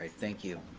thank you.